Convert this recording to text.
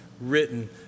written